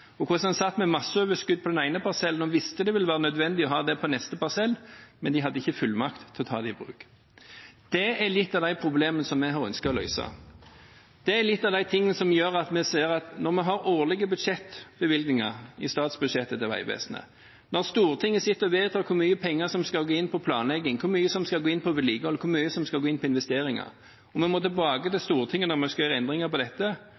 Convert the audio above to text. om hvordan en satt med masseoverskudd på den ene parsellen og visste det ville være nødvendig å ha det på neste parsell, men de hadde ikke fullmakt til å ta det i bruk. Det er litt av de problemene vi har ønsket å løse. Det er litt av de tingene som gjør at vi ser at når vi har årlige bevilgninger i statsbudsjettet til Vegvesenet, når Stortinget sitter og vedtar hvor mye penger som skal gå til planlegging, hvor mye som skal gå til vedlikehold, hvor mye som skal gå til investeringer, og vi må tilbake til Stortinget når vi skal gjøre endringer på dette,